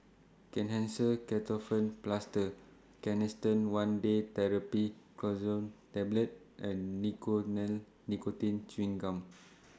Kenhancer Ketoprofen Plaster Canesten one Day Therapy Tablet and Nicotinell Nicotine Chewing Gum